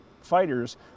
fighters